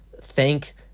thank